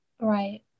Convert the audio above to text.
right